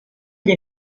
gli